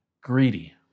greedy